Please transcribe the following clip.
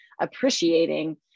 appreciating